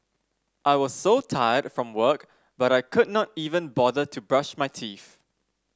I was so tired from work but I could not even bother to brush my teeth